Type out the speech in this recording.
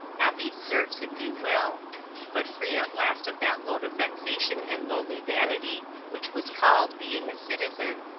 happy serfs, if you will but free at last of that load of vexation and lonely vanity which was called being a citizen.